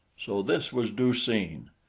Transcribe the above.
so this was du-seen!